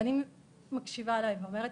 ואני מקשיבה להם ואומרת: